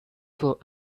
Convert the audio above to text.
for